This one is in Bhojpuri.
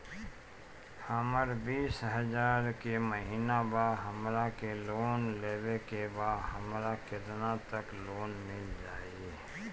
हमर बिस हजार के महिना बा हमरा के लोन लेबे के बा हमरा केतना तक लोन मिल जाई?